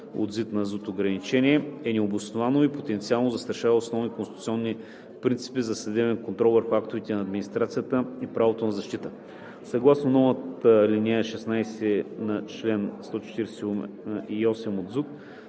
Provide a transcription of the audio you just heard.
територията ограничение е необосновано и потенциално застрашава основните конституционни принципи за съдебен контрол върху актовете на администрацията и правото на защита. Съгласно новата ал. 16 на чл. 148 от